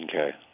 Okay